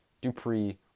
Dupree